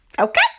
okay